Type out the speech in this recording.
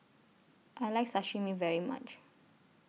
I like Sashimi very much